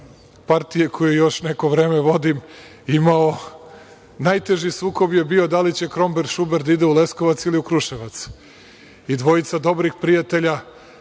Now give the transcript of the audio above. partije, koju još neko vreme vodim, imao, najteži sukob je bio da li će „Kromberg Šubert“ da ide u Leskovac ili u Kruševac, i dvojica dobrih prijatelja,